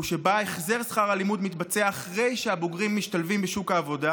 ושבה החזר שכר הלימוד מתבצע אחרי שהבוגרים משתלבים בשוק העבודה,